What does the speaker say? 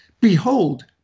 behold